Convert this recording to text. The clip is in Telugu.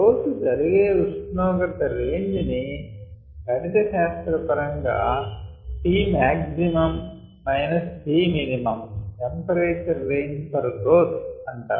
గ్రోత్ జరిగే ఉష్ణోగ్రత రేంజ్ ని గణిత శాస్త్ర పరంగా Tmax Tminటెంపరేచర్ రేంజ్ ఫార్ గ్రోత్ అంటారు